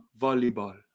volleyball